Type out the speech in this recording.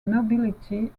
nobility